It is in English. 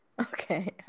Okay